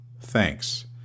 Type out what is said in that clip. Thanks